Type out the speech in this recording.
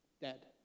dead